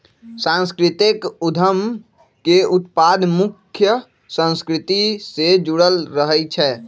सांस्कृतिक उद्यम के उत्पाद मुख्य संस्कृति से जुड़ल रहइ छै